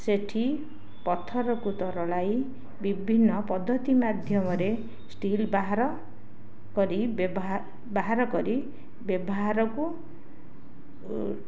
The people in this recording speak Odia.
ସେଇଠି ପଥରକୁ ତରଳାଇ ବିଭିନ୍ନ ପଦ୍ଧତି ମାଧ୍ୟମରେ ଷ୍ଟିଲ ବାହାର କରି ବ୍ୟବହା ବାହାର କରି ବ୍ୟବହାରକୁ